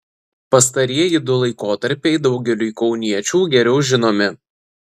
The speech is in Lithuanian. pastarieji du laikotarpiai daugeliui kauniečių geriau žinomi